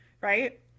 right